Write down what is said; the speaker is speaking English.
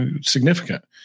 significant